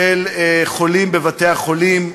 של חולים בבתי-החולים,